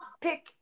pick